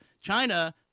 China